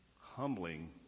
Humbling